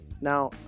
now